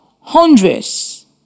hundreds